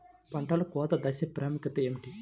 పంటలో కోత దశ ప్రాముఖ్యత ఏమిటి?